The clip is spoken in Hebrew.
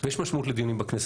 ויש משמעות לדיונים בכנסת.